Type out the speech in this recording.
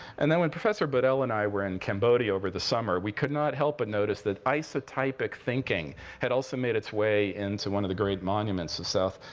and then, when professor bodel and i were in cambodia over the summer, we could not help but notice that isotypic thinking had also made its way into one of the great monuments of southeastern